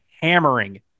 hammering